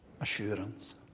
assurance